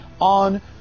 on